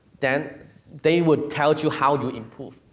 then they would tell you, how you improve,